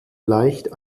leicht